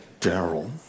Daryl